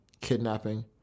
kidnapping